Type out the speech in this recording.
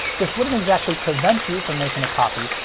this wouldn't exactly prevent you from making a copy,